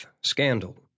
Scandal